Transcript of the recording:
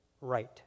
right